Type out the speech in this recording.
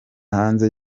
hanze